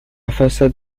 façade